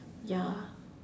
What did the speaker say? ya